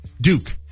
Duke